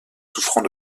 souffrant